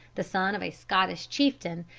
the son of a scottish chieftain,